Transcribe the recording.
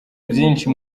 byinshi